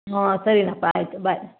ಹ್ಞೂ ಸರಿಯಪ್ಪ ಆಯಿತು ಬಾಯ್